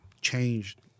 changed